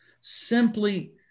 Simply